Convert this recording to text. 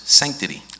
sanctity